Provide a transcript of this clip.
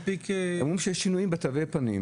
אמרו שעם הגיל יש שינויים בתווי הפנים.